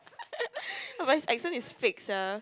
but his accent is fake sia